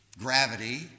gravity